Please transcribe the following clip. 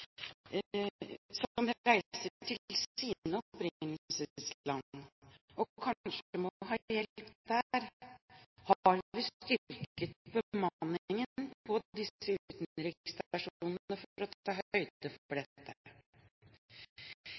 og kanskje må ha hjelp der. Har vi styrket bemanningen på disse utenriksstasjonene for å ta høyde for dette?